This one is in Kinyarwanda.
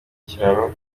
ikiraro